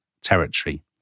territory